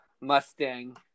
Mustang